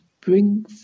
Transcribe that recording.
bring